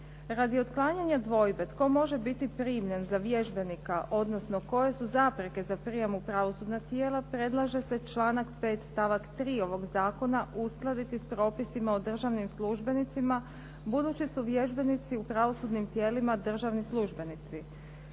Radi otklanjanja dvojbe tko može biti primljen za vježbenika, odnosno koje su zapreke za prijem u pravosudna tijela, predlaže se članak 5. stavak 3. ovog zakona uskladiti s propisima o državnim službenicima, budući su vježbenici u pravosudnim tijelima državni službenici.